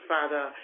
Father